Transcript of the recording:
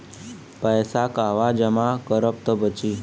पैसा कहवा जमा करब त बची?